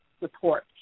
support